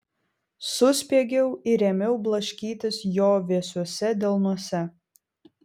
suspiegiau ir ėmiau blaškytis jo vėsiuose delnuose